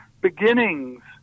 Beginnings